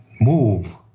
move